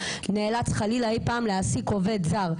נאלץ חלילה אי פעם להעסיק עובד זר,